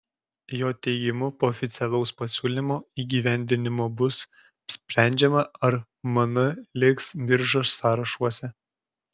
jo teigimu po oficialaus pasiūlymo įgyvendinimo bus sprendžiama ar mn liks biržos sąrašuose